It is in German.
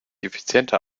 effizienter